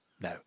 No